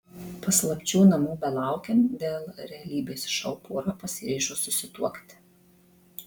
paslapčių namų belaukiant dėl realybės šou pora pasiryžo susituokti